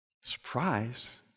Surprise